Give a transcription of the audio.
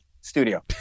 studio